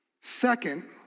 Second